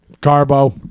Carbo